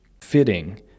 Fitting